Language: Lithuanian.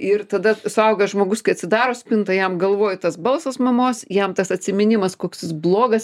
ir tada suaugęs žmogus kai atsidaro spintą jam galvoj tas balsas mamos jam tas atsiminimas koks jis blogas